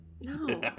No